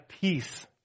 peace